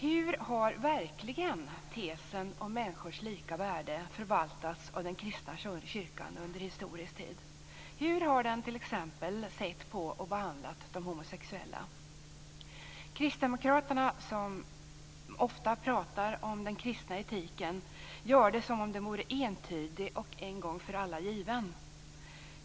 Hur har tesen om människors lika värde förvaltats av den kristna kyrkan under historisk tid? Hur har den sett på och behandlat t.ex. de homosexuella? Kristdemokraterna pratar om den kristna etiken gör det som om den vore entydig och en gång för alla given.